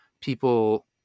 people